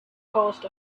caused